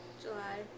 July